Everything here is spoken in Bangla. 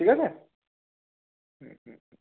ঠিক আছে হুম হুম হুম